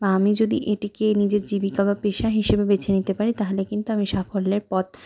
বা আমি যদি এটিকে নিজের জীবিকা বা পেশা হিসেবে বেছে নিতে পারি তাহলে কিন্তু আমি সাফল্যের পথ